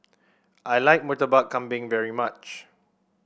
I like Murtabak Kambing very much